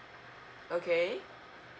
okay